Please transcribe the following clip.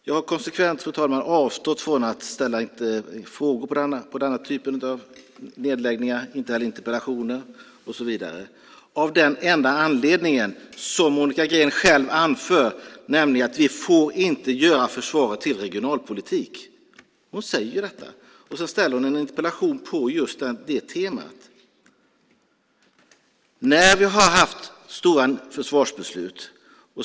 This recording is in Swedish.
Jag har konsekvent, fru talman, avstått från att ställa frågor, interpellationer och så vidare om denna typ av nedläggningar av den enda anledning som Monica Green själv anför, nämligen att vi inte får göra försvaret till regionalpolitik. Hon säger ju detta, och ändå ställer hon en interpellation på just det temat. Vi har fattat stora försvarsbeslut.